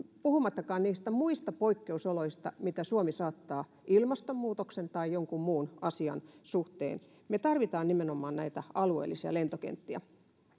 puhumattakaan niistä muista poikkeusoloista mihin suomi saattaa joutua ilmastonmuutoksen tai jonkun muun asian suhteen me tarvitsemme nimenomaan näitä alueellisia lentokenttiä